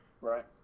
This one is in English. right